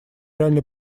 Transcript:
реальной